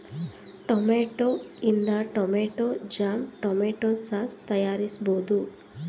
tomato ಇಂದ tomato jam, tomato sauce ತಯಾರಿಸಬೋದು